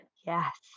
Yes